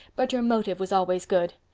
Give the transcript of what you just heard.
but your motive was always good.